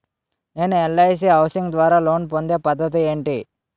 నేను LIC housing ద్వారా loan పొందే పద్ధతి ఏంటి?